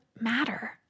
matter